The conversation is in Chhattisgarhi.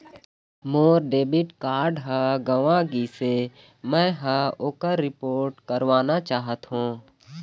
मोर डेबिट कार्ड ह गंवा गिसे, मै ह ओकर रिपोर्ट करवाना चाहथों